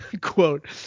quote